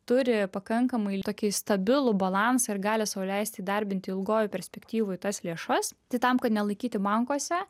turi pakankamai tokį stabilų balansą ir gali sau leisti įdarbinti ilgoj perspektyvoj tas lėšas tai tam kad nelaikyti bankuose